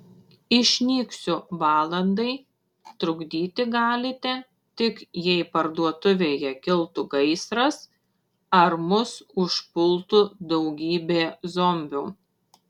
išnyksiu valandai trukdyti galite tik jei parduotuvėje kiltų gaisras ar mus užpultų daugybė zombių